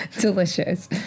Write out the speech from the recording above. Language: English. delicious